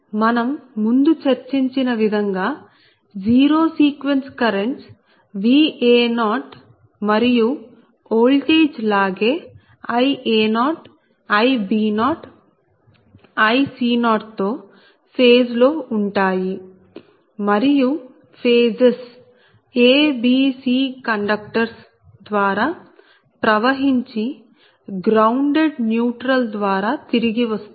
మనం ముందు చర్చించిన విధంగా జీరో సీక్వెన్స్ కరెంట్స్ Va0 మరియు ఓల్టేజ్ లాగే Ia0Ib0Ic0 తో ఫేజ్ లో ఉంటాయి మరియు ఫేజెస్ abc కండక్టర్స్ ద్వారా ప్రవహించి గ్రౌండెడ్ న్యూట్రల్ ద్వారా తిరిగి వస్తాయి